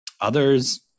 others